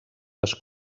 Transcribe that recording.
les